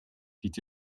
dit